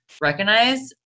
recognize